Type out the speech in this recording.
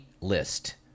List